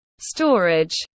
storage